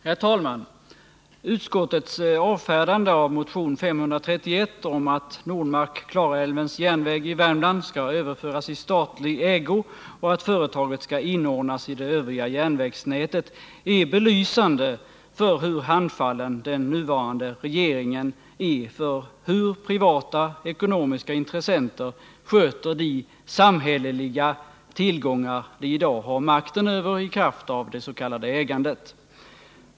Herr talman! Utskottets avfärdande av motion 531 om att Nordmark Klarälvens Järnvägar i Värmland skall överföras i statlig ägo och att företaget skall inordnas i det övriga järnvägsnätet är belysande för hur handfallen den nuvarande regeringen är för hur privatekonomiska intressenter sköter de samhälleliga tillgångar som de i dag har makten över i kraft av det s.k. ägandet.